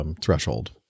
threshold